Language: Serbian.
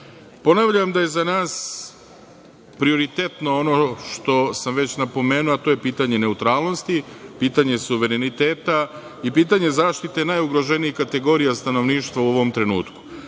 Ponavljam da je za nas prioritetno, ono što sam već napomenuo, a to je pitanje neutralnosti, pitanje suvereniteta, i pitanje zaštite najugroženih kategorija stanovništva u ovom trenutku.